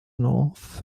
north